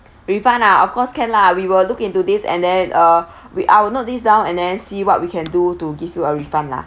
refund ah of course can lah we will look into this and then uh we I'll note this down and then see what we can do to give you a refund lah